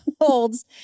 holds